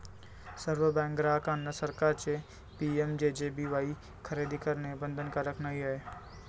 सर्व बँक ग्राहकांना सरकारचे पी.एम.जे.जे.बी.वाई खरेदी करणे बंधनकारक नाही आहे